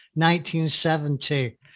1970